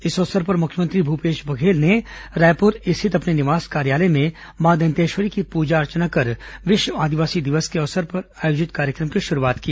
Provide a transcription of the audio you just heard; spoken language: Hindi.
इस अवसर पर मुख्यमंत्री भूपेश बघेल ने रायपुर स्थित अपने निवास कार्यालय में मां दंतेश्वरी की पूजा अर्चना कर विश्व आदिवासी दिवस के अवसर पर आयोजित कार्यक्रम की शुरूआत की